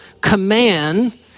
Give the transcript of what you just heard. command